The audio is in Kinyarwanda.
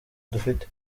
dufite